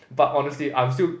but honestly I'm still